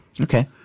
Okay